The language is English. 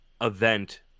event